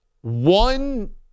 one